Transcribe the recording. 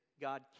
God